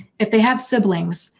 if they have siblings,